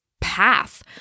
path